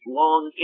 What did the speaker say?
long